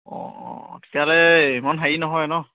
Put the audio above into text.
অঁ অঁ তেতিয়াহ'লে ইমান হেৰি নহয় ন